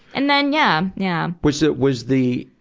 and then, yeah. yeah. was the, was the,